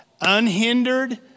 unhindered